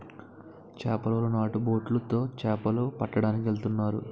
చేపలోలు నాటు బొట్లు తో చేపల ను పట్టడానికి ఎల్తన్నారు